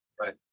right